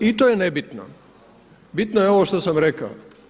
Ali i to je nebitno, bitno je ovo što sam rekao.